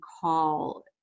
call